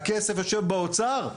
הכסף יושב באוצר.